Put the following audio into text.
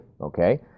okay